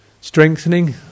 strengthening